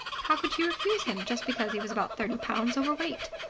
how could she refuse him just because he was about thirty pounds overweight?